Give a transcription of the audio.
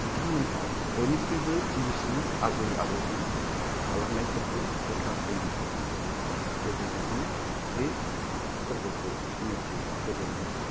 बिथांमोनहा बयनिख्रुइबो गिबिसिन आजै आजौनि थालांनायफोरखौ गोथार दैमायाव दोबैनायनि बे फोरबोखौ सिनायथि होदोंमोन